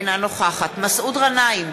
אינה נוכחת מסעוד גנאים,